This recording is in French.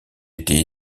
été